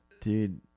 Dude